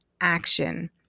action